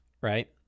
Right